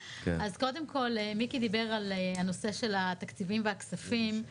מיקי דיבר על הנושא של התקציבים והכספים.